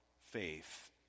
faith